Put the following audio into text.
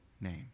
name